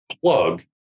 plug